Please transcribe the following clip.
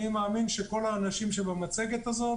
אני מאמין שכל האנשים במצגת הזאת